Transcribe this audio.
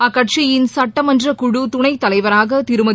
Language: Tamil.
அக்கட்சியின் சுட்டமன்ற குழு துணைத் தலைவராக திருமதி